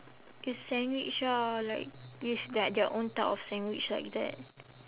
it's sandwich ah like with like their own type of sandwich like that